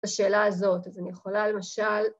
‫בשאלה הזאת. אז אני יכולה למשל...